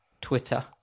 Twitter